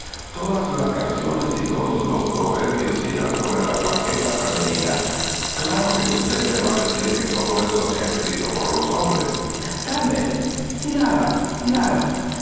todas las canciones y todos los proverbios giran sobre la flaqueza femenina claro que usted me va a decir que todo eso se ha escrito por los hombres tal vez nada nada